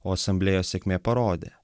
o asamblėjos sėkmė parodė